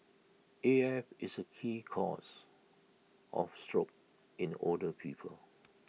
A F is A key cause of stroke in older people